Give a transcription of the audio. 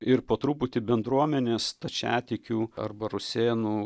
ir po truputį bendruomenė stačiatikių arba rusėnų